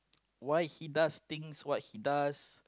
why he does things what he does